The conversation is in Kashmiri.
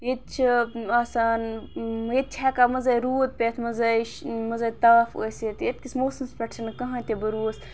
ییٚتہِ چھِ آسان ییٚتہِ چھِ ہیٚکان مَنٛزَے روٗد پٮ۪تھ منٛزَے شی منٛزَے تاپھ أسۍ ییٚتہِ ییٚتہِ کِس موسمَس پٮ۪ٹھ چھِنہٕ کٔہٕنۍ تہِ بَروسہٕ